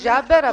ג'אבר,